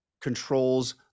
controls